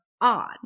on